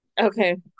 okay